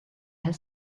his